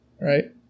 Right